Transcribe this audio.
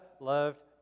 loved